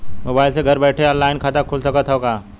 Mobile से घर बैठे ऑनलाइन खाता खुल सकत हव का?